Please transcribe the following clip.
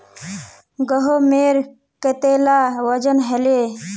गहोमेर कतेला वजन हले